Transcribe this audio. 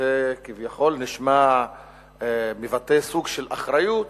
שכביכול מבטא סוג של אחריות,